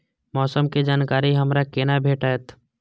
मौसम के जानकारी हमरा केना भेटैत?